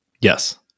Yes